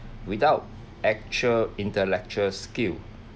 without actual intellectual skill